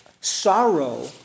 sorrow